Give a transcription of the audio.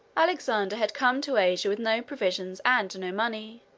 alexander had come to asia with no provisions and no money.